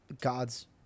god's